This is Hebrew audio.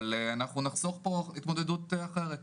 אבל נחסוך פה התמודדות אחרת.